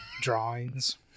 drawings